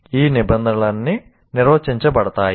ఈ నిబంధనలన్నీ నిర్వచించబడతాయి